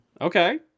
Okay